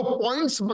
points